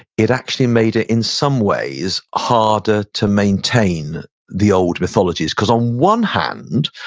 it actually made it, in some ways, harder to maintain the old mythologies. cause, on one hand,